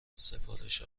سفارش